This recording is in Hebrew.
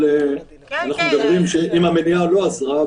אבל אנחנו מדברים אם המניעה לא עזרה,